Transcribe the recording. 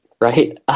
right